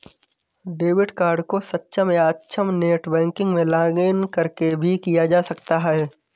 debit card को सक्षम या अक्षम नेट बैंकिंग में लॉगिंन करके भी किया जा सकता है